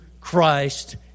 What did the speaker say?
Christ